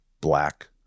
black